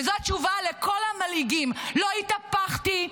וזו התשובה לכל המלעיגים: לא התהפכתי,